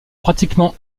pratiquement